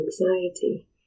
anxiety